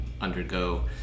undergo